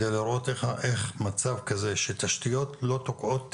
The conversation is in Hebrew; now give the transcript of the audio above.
זאת על מנת להראות איך מצב כזה שתשתיות לא תוקעות תכנון,